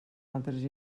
altres